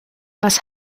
was